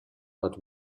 but